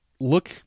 Look